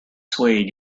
swayed